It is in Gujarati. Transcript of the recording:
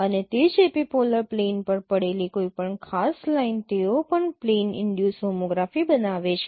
અને તે જ એપિપોલર પ્લેન પર પડેલી કોઈપણ ખાસ લાઇન તેઓ પણ પ્લેન ઈનડ્યુસ હોમોગ્રાફી બનાવે છે